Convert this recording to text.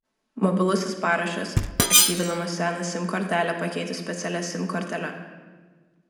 mobilusis parašas aktyvinamas seną sim kortelę pakeitus specialia sim kortele